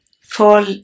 fall